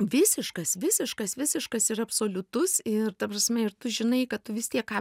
visiškas visiškas visiškas ir absoliutus ir ta prasme ir tu žinai kad tu vis tiek ką